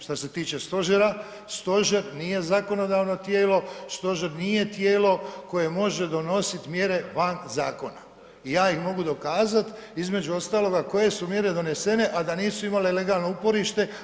Šta se tiče stožera, stožer nije zakonodavno tijelo, stožer nije tijelo koje može donositi mjere van zakona i ja ih mogu dokazati između ostaloga koje su mjere donesene, a da nisu imale legalno uporište.